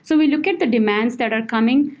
so we look at the demands that are coming.